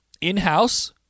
in-house